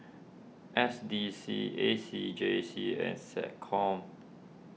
S D C A C J C and SecCom